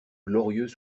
glorieux